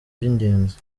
by’ingenzi